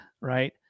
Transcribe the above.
right